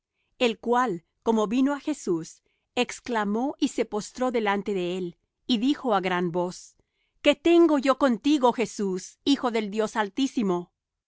el cual como vió á jesús exclamó y se postró delante de él y dijo á gran voz qué tengo yo contigo jesús hijo del dios altísimo